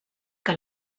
que